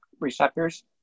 receptors